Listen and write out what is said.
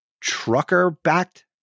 trucker-backed